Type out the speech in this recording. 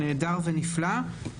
נהדר ונפלא.